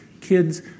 Kids